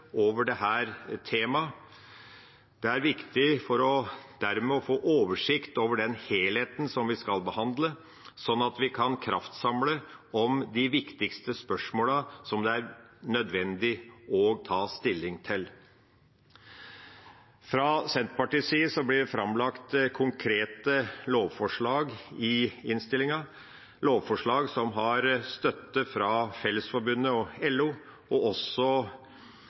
over dette temaet. Det er viktig for dermed å få oversikt over den helheten som vi skal behandle, sånn at vi kan kraftsamle om de viktigste spørsmålene som det er nødvendig å ta stilling til. Fra Senterpartiets side blir det framlagt konkrete lovforslag, lovforslag som har støtte fra Fellesforbundet og LO, og også